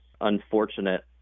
unfortunate